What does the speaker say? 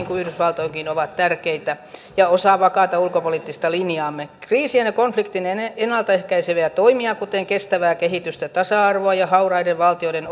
kuin yhdysvaltoihinkin ovat tärkeitä ja osa vakaata ulkopoliittista linjaamme kriisien ja konfliktien ennalta ehkäiseviä toimia kuten kestävää kehitystä tasa arvoa ja hauraiden valtioiden